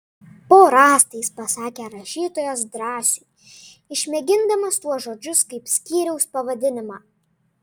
po rąstais pasakė rašytojas drąsiui išmėgindamas tuos žodžius kaip skyriaus pavadinimą